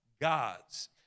God's